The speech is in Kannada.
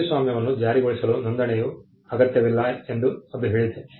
ಕೃತಿಸ್ವಾಮ್ಯವನ್ನು ಜಾರಿಗೊಳಿಸಲು ನೋಂದಣಿಯ ಅಗತ್ಯವಿಲ್ಲ ಎಂದು ಅದು ಹೇಳಿದೆ